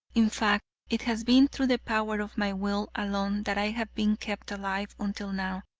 in fact, it has been through the power of my will alone that i have been kept alive until now.